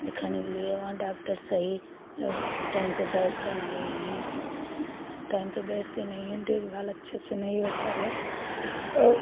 दिखाने के लिए वहाँ डाॅक्टर सही अब टाइम पर बैठते नहीं हैं हुं टाइम पर बैठते नहीं हैं देखभाल अच्छे से नहीं होती है और